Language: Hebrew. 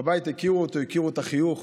בבית הכירו אותו, הכירו את החיוך,